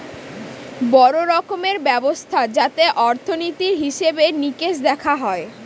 বড়ো রকমের ব্যবস্থা যাতে অর্থনীতির হিসেবে নিকেশ দেখা হয়